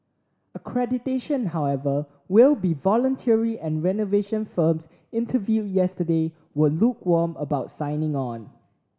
accreditation however will be voluntary and renovation firms interviewed yesterday were lukewarm about signing on